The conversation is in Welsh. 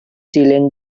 dilyn